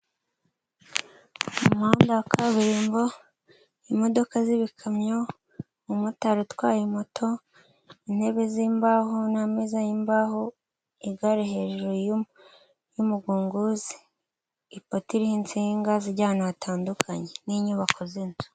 Umuhanda wa kaburimbo, imodoka z'ibikamyo, umumotari utwaye moto, intebe z'imbaho n'imeza y'imbaho, igare hejuru y'umugongozi. ipoto iriho insinga zijya ahantu hatandukanye, n'inyubako z'inzu.